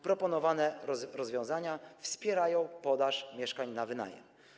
Proponowane rozwiązania wspierają podaż mieszkań na wynajem.